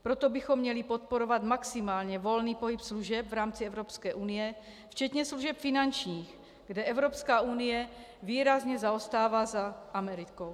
Proto bychom měli podporovat maximálně volný pohyb služeb v rámci Evropské unie včetně služeb finančních, kde Evropská unie výrazně zaostává za Amerikou.